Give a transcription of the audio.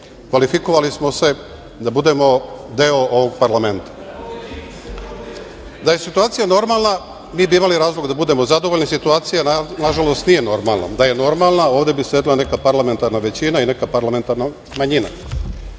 Kvalifikovali smo se da budemo deo ovog parlamenta. Da je situacija normalna, mi bi imali razlog da budemo zadovoljni, ali situacija nažalost nije normalna. Da je normalna, ovde bi sedela neka parlamentarna većina i neka parlamentarna manjina.